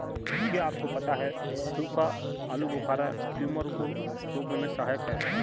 क्या आपको पता है सूखा आलूबुखारा ट्यूमर को रोकने में सहायक है?